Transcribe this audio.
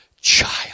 child